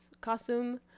costume